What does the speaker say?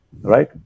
right